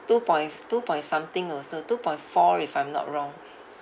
two point f~ two point something also two point four if I'm not wrong